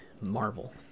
Marvel